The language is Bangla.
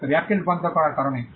তবে এয়ারটেল রূপান্তর করার কারণে